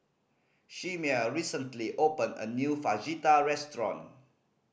Chimere recently opened a new Fajitas restaurant